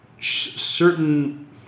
certain